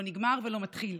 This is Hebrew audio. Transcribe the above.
לא נגמר ולא מתחיל.